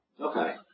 Okay